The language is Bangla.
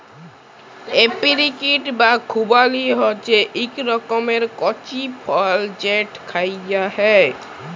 এপিরিকট বা খুবালি হছে ইক রকমের কঁচি ফল যেট খাউয়া হ্যয়